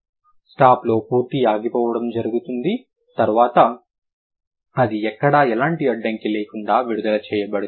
స్టాప్లో పూర్తి ఆగిపోవడం జరుగుతుంది తర్వాత అది ఎక్కడా ఎలాంటి అడ్డంకి లేకుండా విడుదల చేయబడుతుంది